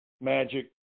magic